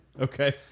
Okay